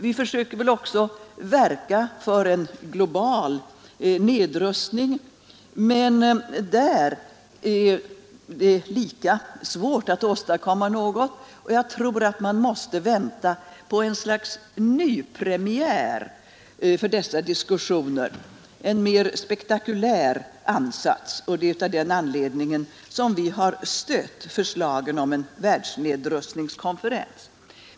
Vi fortsätter också att verka för mer globala nedrustningsansträngningar, men där är det f. n. också svårt att åstadkomma något. Jag tror att man måste vänta på något slags nypremiär för dessa diskussioner, en mer spektakulär ansats, och det är av den anledningen som vi från svensk sida har stött ett FN-förslag om en världsnedrustningskonferens.